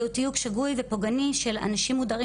זהו תיוג שגוי ופוגעני של אנשים מודרים